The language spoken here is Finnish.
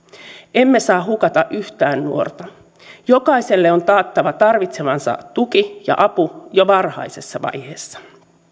emme saa hukata yhtään nuorta jokaiselle on taattava tarvitsemansa tuki ja apu jo varhaisessa vaiheessa